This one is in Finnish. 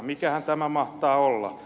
mikähän tämä mahtaa olla